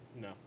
no